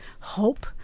hope